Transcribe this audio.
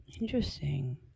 Interesting